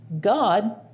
God